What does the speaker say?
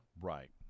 Right